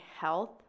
health